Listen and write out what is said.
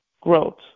growth